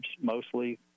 mostly